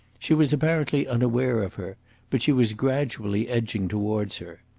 she was apparently unaware of her but she was gradually edging towards her.